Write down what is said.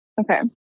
Okay